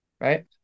Right